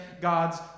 God's